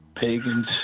pagans